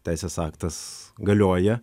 teisės aktas galioja